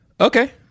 Okay